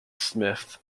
smith